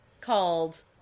called